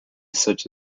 such